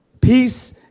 Peace